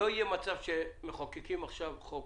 אין מצב שמחוקקים עכשיו חוק